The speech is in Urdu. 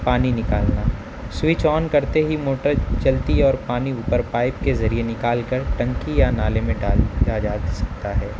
پانی نکالنا سوئچ آن کرتے ہی موٹر چلتی اور پانی اوپر پائپ کے ذریعے نکال کر ٹنکی یا نالے میں ڈال دیا جا سکتا ہے